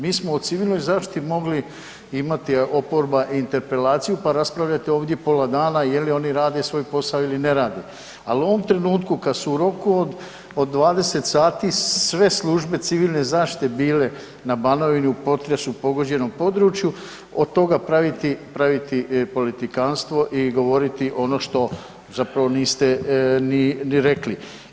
Mi smo o civilnoj zaštiti imati, oporba interpelaciju pa raspravljati ovdje pola dana je li oni rade svoj posao ili ne rade, ali u ovom trenutku kad su u roku od 20 sati sve službe civilne zaštite bile na Banovini u potresu pogođenom području od toga praviti, praviti politikantstvo i govoriti ono što zapravo ni rekli.